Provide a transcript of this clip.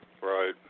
Right